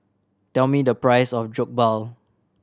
tell me the price of Jokbal